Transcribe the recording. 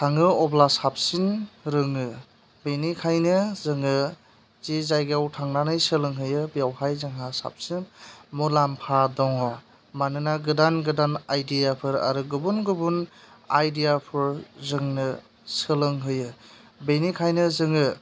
थाङो अब्ला साबसिन रोङो बिनिखायनो जोङो जि जायगायाव थांनानै सोलोंहैयो बेवहाय जोंहा साबसिन मुलाम्फा दङ मानोना गोदान गोदान आइदिया फोर आरो गुबुन गुबुन आइदिया फोर जोंनो सोलोंहोयो बेनिखायनो जोङो